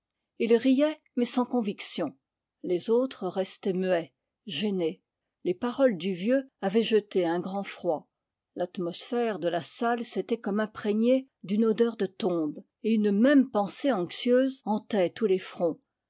il riait mais sans conviction les autres restaient muets gênés les paroles du vieux avaient jeté un grand froid l'atmosphère de la salle s'était comme imprégnée d'une odeur de tombe et une même pensée anxieuse hantait tous les fronts